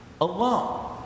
alone